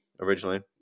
originally